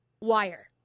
wire